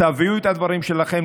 תביאו את הדברים שלכם,